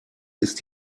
ist